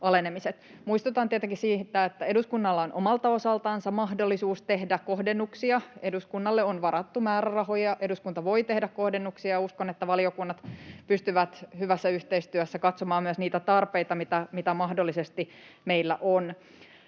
Muistutan tietenkin siitä, että eduskunnalla on omalta osaltaan mahdollisuus tehdä kohdennuksia. Eduskunnalle on varattu määrärahoja, eduskunta voi tehdä kohdennuksia, ja uskon, että valiokunnat pystyvät hyvässä yhteistyössä katsomaan myös niitä tarpeita, mitä mahdollisesti meillä on.